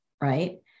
right